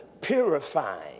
purifying